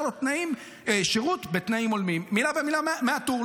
לו שירות בתנאים הולמים" מילה במילה מהטור,